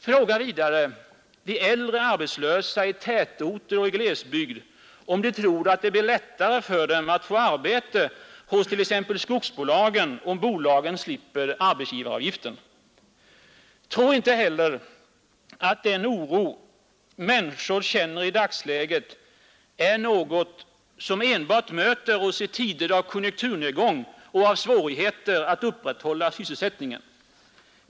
Fråga de äldre arbetslösa i tätorter eller i glesbygd, om de tror att det blir lättare för dem att få arbete hos t.ex. skogsbolagen, om bolagen slipper arbetsgivaravgiften. Tro heller inte, att den oro människor känner i dagsläget är något som möter oss enbart i tider av konjunkturnedgång och av svårigheter att upprätthålla sysselsättningen.